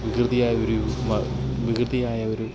വികൃതിയായൊരു മ വികൃതിയായൊരു